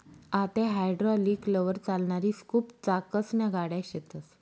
आते हायड्रालिकलवर चालणारी स्कूप चाकसन्या गाड्या शेतस